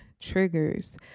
triggers